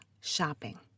shopping